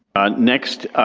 um next,